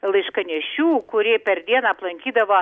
laiškanešių kuri per dieną aplankydavo